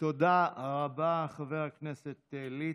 תודה רבה, חבר הכנסת ליצמן.